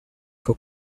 for